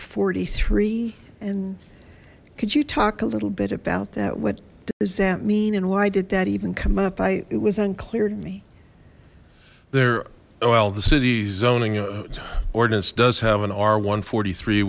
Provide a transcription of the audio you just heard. forty three and could you talk a little bit about that what does that mean and why did that even come up i it was unclear to me there well the city zoning ordinance does have an ar one